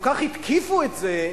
כל כך התקיפו את זה,